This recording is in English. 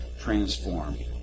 transformed